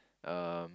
um